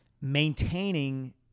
maintaining